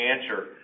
answer